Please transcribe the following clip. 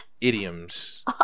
idioms